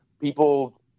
people